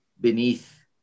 beneath